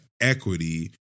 equity